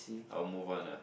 I will move on lah